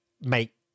make